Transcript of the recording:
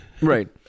right